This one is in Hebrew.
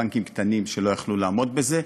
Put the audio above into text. בנקים קטנים לא יכלו לעמוד בזה.